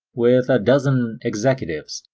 with a dozen executives,